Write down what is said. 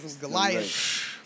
Goliath